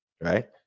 right